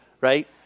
right